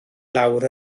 lawr